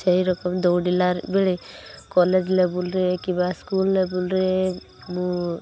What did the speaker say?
ସେହି ରକମ ଦୌଡ଼ିଲା ବେଳେ କଲେଜ ଲେବୁଲ୍ରେ କିମ୍ବା ସ୍କୁଲ ଲେବୁଲ୍ରେ ମୁଁ